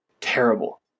terrible